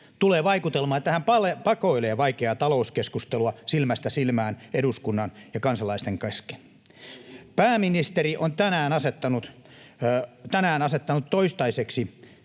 Tulee vaikutelma, että hän pakoilee vaikeaa talouskeskustelua silmästä silmään, eduskunnan ja kansalaisten kesken. [Kimmo Kiljunen: Hän